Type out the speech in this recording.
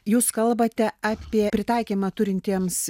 jūs kalbate apie pritaikymą turintiems